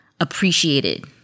appreciated